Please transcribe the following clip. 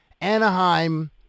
Anaheim